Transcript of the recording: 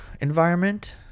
environment